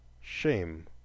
shame